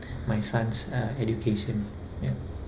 my son's uh education ya